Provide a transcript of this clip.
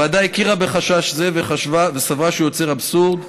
הוועדה הכירה בחשש זה וסברה שהוא יוצר אבסורד,